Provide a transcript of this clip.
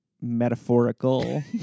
metaphorical